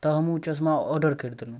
तऽ हम ओ चश्मा औडर कए देलहुॅं